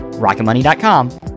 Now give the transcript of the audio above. rocketmoney.com